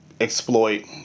exploit